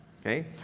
okay